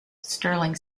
stirling